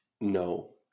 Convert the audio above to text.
No